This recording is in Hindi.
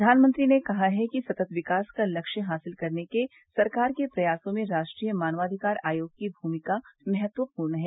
प्रधानमंत्री ने कहा है कि सतत विकास का लक्ष्य हासिल करने के सरकार के प्रयासों में राष्ट्रीय मानवाधिकार आयोग की भूमिका महत्वपूर्ण है